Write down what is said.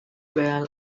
well